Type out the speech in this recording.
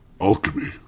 Alchemy